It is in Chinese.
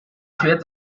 大学